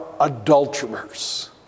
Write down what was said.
adulterers